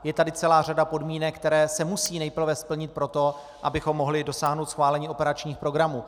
Je tady celá řada podmínek, které se musí nejprve splnit pro to, abychom mohli dosáhnout schválení operačních programů.